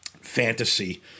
fantasy